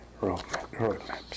roadmaps